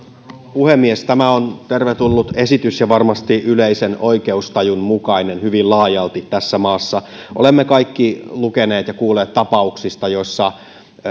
puhemies tämä on tervetullut esitys ja varmasti yleisen oikeustajun mukainen hyvin laajalti tässä maassa olemme kaikki lukeneet ja kuulleet tapauksista joissa